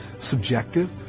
subjective